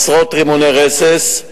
עשרות רימוני רסס,